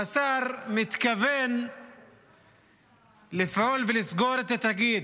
והשר מתכוון לפעול ולסגור את התאגיד.